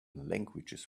languages